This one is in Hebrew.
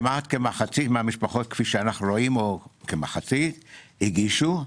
כמעט מחצית כפי שאנחנו רואים, או כמחצית, הגישו,